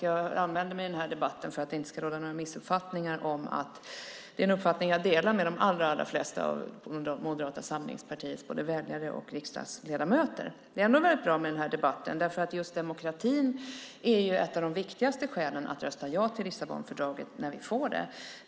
Jag anmälde mig till den här debatten för att det inte ska råda några missuppfattningar om att detta är en uppfattning som jag delar med de allra flesta av Moderata samlingspartiets både väljare och riksdagsledamöter. Det är ändå väldigt bra med den här debatten, därför att just demokratin är ett av de viktigaste skälen för att rösta ja till Lissabonfördraget när vi får det.